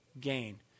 gain